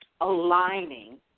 aligning